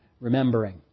remembering